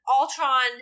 Ultron